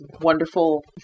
wonderful